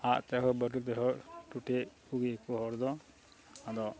ᱟᱜᱼᱛᱮ ᱦᱳᱠ ᱵᱟᱹᱴᱩᱞᱛᱮ ᱦᱳᱠ ᱴᱩᱴᱤᱭᱮᱫ ᱠᱚᱜᱮᱭᱟᱠᱚ ᱦᱚᱲ ᱫᱚ ᱟᱫᱚ